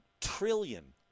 trillion